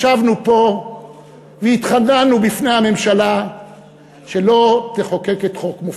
ישבנו פה והתחננו בפני הממשלה שלא תחוקק את חוק מופז,